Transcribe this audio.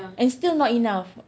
and still not enough